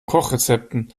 kochrezepten